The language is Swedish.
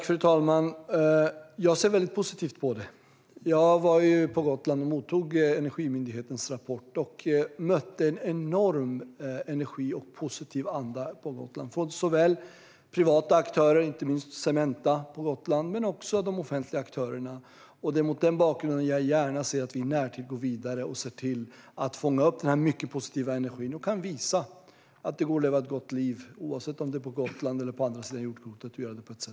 Fru talman! Jag ser väldigt positivt på det. När jag var på Gotland och mottog Energimyndighetens rapport mötte jag en enorm energi och en positiv anda hos såväl privata aktörer, inte minst Cementa, som de offentliga aktörerna. Det är mot den bakgrunden jag gärna ser att vi i närtid går vidare och ser till att fånga upp den här mycket positiva energin. Vi kan visa att det går att leva ett gott liv på ett hållbart sätt, oavsett om det är på Gotland eller på andra sidan jordklotet.